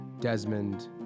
Desmond